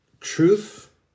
truth